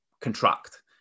contract